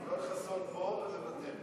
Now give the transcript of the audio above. יואל חסון פה ומוותר.